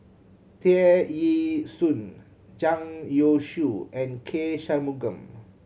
Tear Ee Soon Zhang Youshuo and K Shanmugam